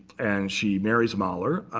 and she marries mahler.